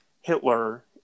Hitler